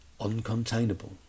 uncontainable